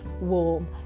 warm